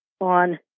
on